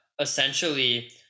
essentially